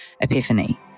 epiphany